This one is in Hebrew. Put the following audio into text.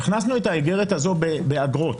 באגרות: